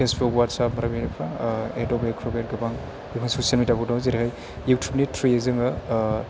Facebook WhatsApp बेफोर Adobe Acrobat गोबां बेफोर ससियेल मेडियाफोर दङ जेरै इउथुबनि थ्रुयै जोङो